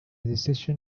decision